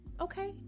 okay